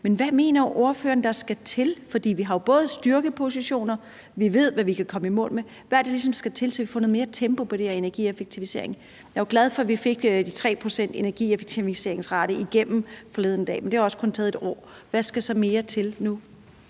Men hvad mener ordføreren der skal til? For vi har jo styrkepositioner, og vi ved, hvad vi kan komme i mål med. Hvad er det, der ligesom skal til, så vi får noget mere tempo på den her energieffektivisering? Jeg er jo glad for, at vi fik de 3 pct.s energieffektiviseringsrate igennem forleden, men det har også kun taget et år. Hvad skal der så mere til nu?